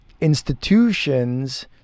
institutions